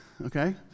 okay